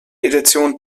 edition